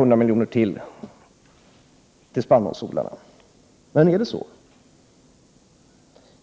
Ja, om man 43 Prot. 1988/89:127 läser s. 46 i utskottets